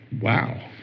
wow